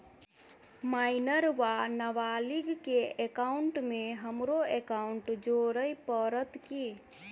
Minor वा नबालिग केँ एकाउंटमे हमरो एकाउन्ट जोड़य पड़त की?